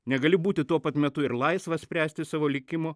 negali būti tuo pat metu ir laisvas spręsti savo likimo